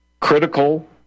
critical